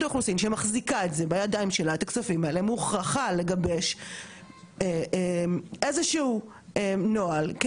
מוכרחה לגבש איזה שהוא נוהל כדי שהעובדים האלה ידעו מתי הכסף שלהם הלך,